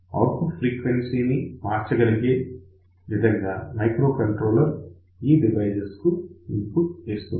output frequency మార్చగలిగే ఈ విధంగా మైక్రోకంట్రోలర్ ఈ డివైస్ కు ఇన్పుట్ ఇస్తుంది